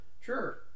Sure